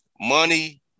money